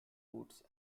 routes